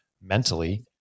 mentally